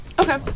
Okay